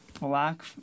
black